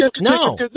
No